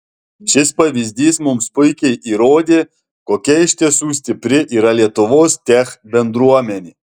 šis pavyzdys mums puikiai įrodė kokia iš tiesų stipri yra lietuvos tech bendruomenė